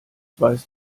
weißt